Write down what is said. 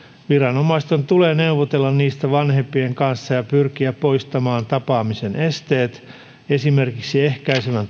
viranomaisten tulee neuvotella niistä vanhempien kanssa ja pyrkiä poistamaan tapaamisen esteet esimerkiksi ehkäisevän